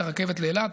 את הרכבת לאילת.